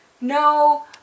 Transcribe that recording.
no